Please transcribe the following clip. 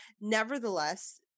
Nevertheless